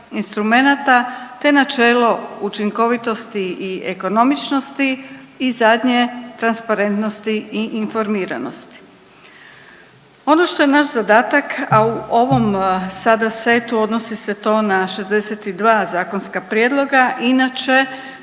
te načelo učinkovitosti i ekonomičnosti i zadnje transparentnosti i informiranosti. Ono što je naš zadatak, a ovom sada setu odnosi se to na 62 zakonska prijedloga, inače